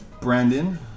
brandon